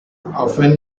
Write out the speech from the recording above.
often